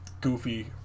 Goofy